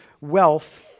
wealth